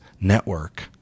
network